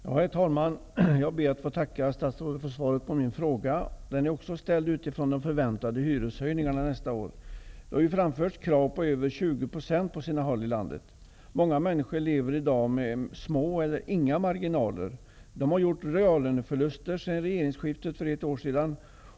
Herr talman! Jag ber att få tacka statsrådet för svaret på min fråga. Den är också ställd utifrån de förväntade hyreshöjningarna nästa år. Det har på sina håll framförts krav på höjningar på över 20 %. Många människor lever i dag med små eller inga marginaler. De har gjort reallöneförluster sedan regeringsskiftet för ett år sedan.